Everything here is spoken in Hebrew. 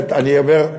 אני אומר,